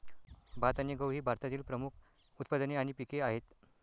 भात आणि गहू ही भारतातील प्रमुख उत्पादने आणि पिके आहेत